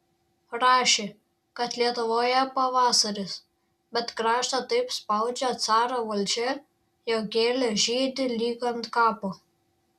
rašė kad lietuvoje pavasaris bet kraštą taip spaudžia caro valdžia jog gėlės žydi lyg ant kapo